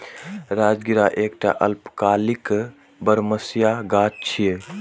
राजगिरा एकटा अल्पकालिक बरमसिया गाछ छियै